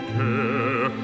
care